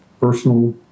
personal